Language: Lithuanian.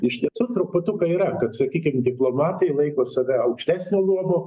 iš tiesų truputuką yra kad sakykim diplomatai laiko save aukštesnio luomo